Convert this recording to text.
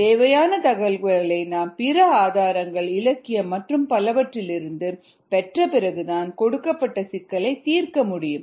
தேவையான தகவல்களை நாம் பிற ஆதாரங்கள் இலக்கியம் மற்றும் பலவற்றிலிருந்து பெற்ற பிறகுதான் கொடுக்கப்பட்ட சிக்கலைத் தீர்க்க முடியும்